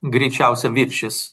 greičiausiai viršys